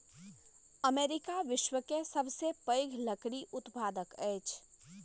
America विश्व के सबसे पैघ लकड़ी उत्पादक अछि